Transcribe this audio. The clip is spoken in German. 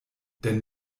denn